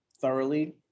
thoroughly